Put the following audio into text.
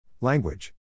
Language